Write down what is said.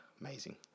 amazing